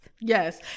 yes